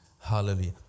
hallelujah